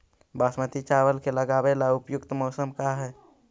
बासमती चावल के लगावे ला उपयुक्त मौसम का है?